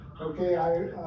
Okay